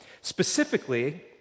Specifically